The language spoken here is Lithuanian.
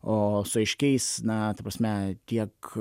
o su aiškiais na ta prasme tiek